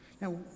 Now